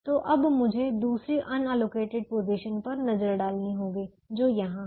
तो अब मुझे दूसरी अनअलोकेटेड पोजीशन पर नजर डालनी होगी जो यहां है